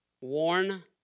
Warn